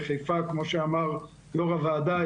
כמו שאמר יו"ר הוועדה,